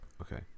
okay